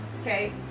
okay